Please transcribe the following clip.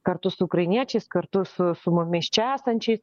kartu su ukrainiečiais kartu su su mumis čia esančiais